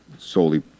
solely